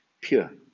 pure